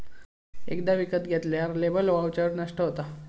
एकदा विकत घेतल्यार लेबर वाउचर नष्ट होता